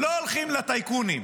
הם לא הולכים לטייקונים,